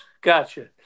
Gotcha